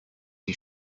sie